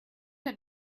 have